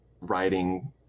writing